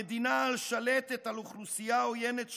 המדינה השלטת על אוכלוסייה עוינת של"